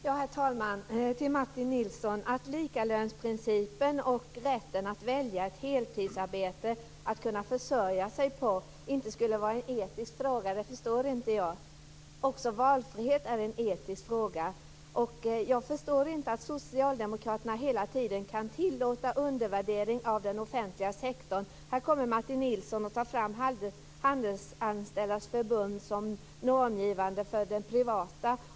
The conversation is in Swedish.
Herr talman! Till Martin Nilsson vill jag säga att jag inte förstår varför frågan om likalönsprincipen och rätten att välja ett heltidsarbete för att kunna försörja sig inte är en etisk fråga. Också valfrihet är en etisk fråga. Jag förstår inte att socialdemokraterna hela tiden kan tillåta undervärdering av den offentliga sektorn. Martin Nilsson tar fram Handelsanställdas förbund som normgivande för det privata.